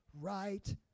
right